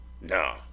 No